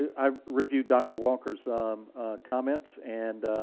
i reviewed dr. walker's um comments, and